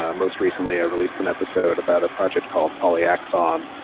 ah most recently, i released an episode about a project called polyaxon,